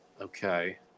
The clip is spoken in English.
Okay